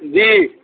جی